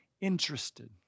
interested